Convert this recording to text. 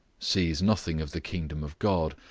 sees nothing of the kingdom of god,